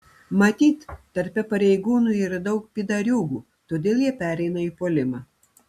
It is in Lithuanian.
matyt tarpe pareigūnų yra daug pydariūgų todėl jie pereina į puolimą